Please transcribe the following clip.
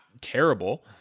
terrible